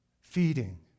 feeding